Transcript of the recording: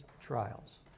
trials